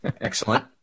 Excellent